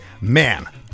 man